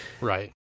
Right